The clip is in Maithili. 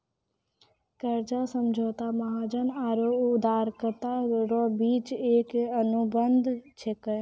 कर्जा समझौता महाजन आरो उदारकरता रो बिच मे एक अनुबंध छिकै